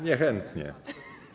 Niechętnie.